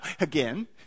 again